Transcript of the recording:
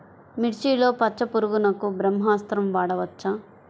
మిర్చిలో పచ్చ పురుగునకు బ్రహ్మాస్త్రం వాడవచ్చా?